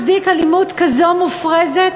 מה הצדיק אלימות כזו מופרזת